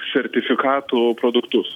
sertifikatų produktus